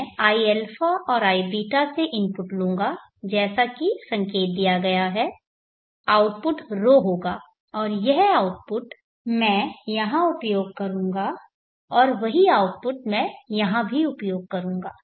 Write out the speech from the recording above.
मैं iα और iβ से इनपुट लूंगा जैसा कि संकेत दिया गया है आउटपुट ρ होगा और यह आउटपुट मैं यहां उपयोग करूंगा और वही आउटपुट मैं यहां भी उपयोग करूंगा